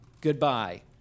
Goodbye